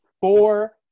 Four